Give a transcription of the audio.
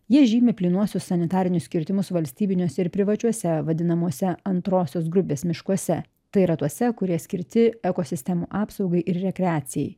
jie žymi plynuosius sanitarinius kirtimus valstybiniuose ir privačiuose vadinamuose antrosios grupės miškuose tai yra tuose kurie skirti ekosistemų apsaugai ir rekreacijai